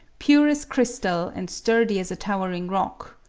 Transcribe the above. pure as crystal and sturdy as a towering rock,